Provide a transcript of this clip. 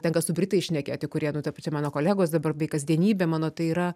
tenka su britais šnekėti kurie nu ta pa čia mano kolegos dabar bei kasdienybė mano tai yra